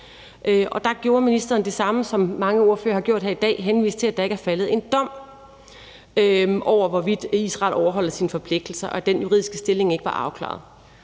Da gjorde ministeren det samme, som mange ordførere har gjort her i dag, nemlig henviste til, at der ikke er faldet en dom over, hvorvidt Israel overholder sine forpligtelser, og at den juridiske stilling ikke var afklaret.